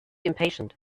impatient